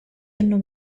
hanno